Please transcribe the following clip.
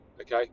okay